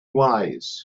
wise